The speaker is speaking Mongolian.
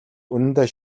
үнэндээ